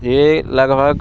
यह लगभग